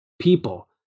people